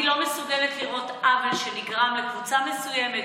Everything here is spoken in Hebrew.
אני לא מסוגלת לראות עוול שנגרם לקבוצה מסוימת,